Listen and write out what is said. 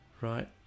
Right